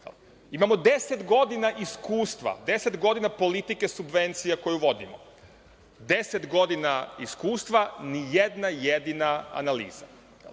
Imamo 10 godina iskustva, 10 godina politike subvencija koju vodimo, a za 10 godina iskustva ni jedna jedina analiza.